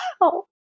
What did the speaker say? wow